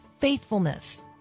faithfulness